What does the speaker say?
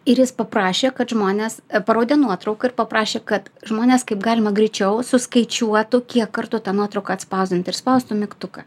ir jis paprašė kad žmonės parodė nuotrauką ir paprašė kad žmonės kaip galima greičiau suskaičiuotų kiek kartų ta nuotrauka atspausdinta ir spaustų mygtuką